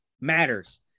matters